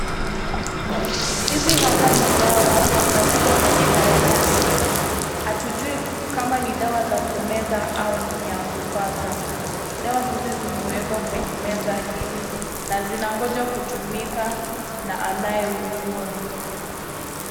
Hizi hapa ni dawa na ziko kwenye karatasi. Hatujui kama ni dawa za kumeza au ni ya kupaka. Dawa hizi zimewekwa kwenye meza hili na zinangoja kutumika na anayeugua.